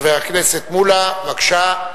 חבר הכנסת מולה, בבקשה.